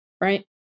right